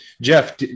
Jeff